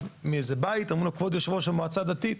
מאיזה בית אומרים לו כבוד יושב ראש המועצה הדתית,